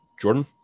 Jordan